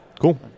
Cool